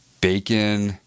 bacon